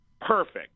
perfect